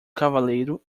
cavaleiro